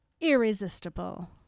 Irresistible